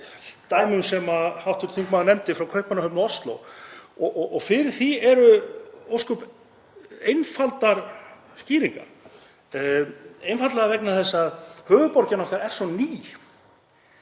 dæmum sem hv. þingmaður nefndi frá Kaupmannahöfn og Ósló. Fyrir því eru ósköp einfaldar skýringar, einfaldlega vegna þess að höfuðborgin okkar er svo ný.